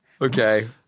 Okay